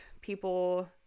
people –